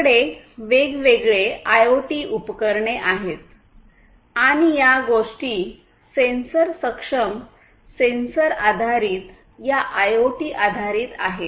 आपल्याकडे वेगवेगळे आयओटी उपकरणे आहेत आणि या गोष्टी सेन्सर सक्षम सेन्सर आधारित या आयओटी आधारित आहेत